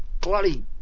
bloody